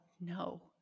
No